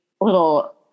little